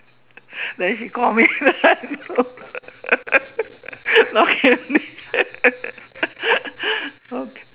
then she call me then I know